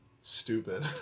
stupid